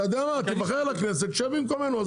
תיבחר לכנסת, שב במקומנו.